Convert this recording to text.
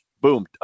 Boom